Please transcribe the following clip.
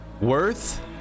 worth